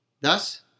Thus